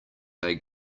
aid